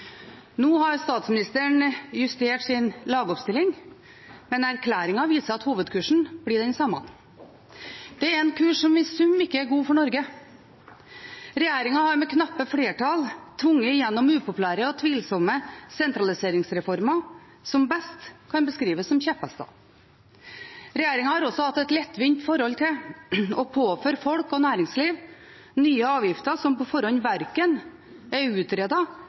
Nå har statsministeren justert sin lagoppstilling, men erklæringen viser at hovedkursen blir den samme. Det er en kurs som i sum ikke er god for Norge. Regjeringen har med knappe flertall tvunget igjennom upopulære og tvilsomme sentraliseringsreformer, som best kan beskrives som kjepphester. Regjeringen har også hatt et lettvint forhold til å påføre folk og næringsliv nye avgifter som på forhånd verken er